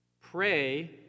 Pray